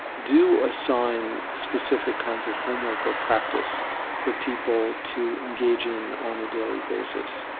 do assign specific kinds of homework or practice for people to engage in on a daily basis.